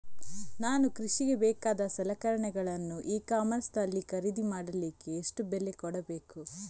ನಾನು ಕೃಷಿಗೆ ಬೇಕಾದ ಸಲಕರಣೆಗಳನ್ನು ಇ ಕಾಮರ್ಸ್ ನಲ್ಲಿ ಖರೀದಿ ಮಾಡಲಿಕ್ಕೆ ಎಷ್ಟು ಬೆಲೆ ಕೊಡಬೇಕು?